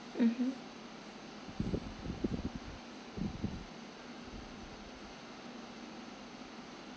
mmhmm